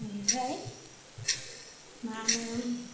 ओमफ्राय मामोन